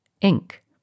ink